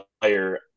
player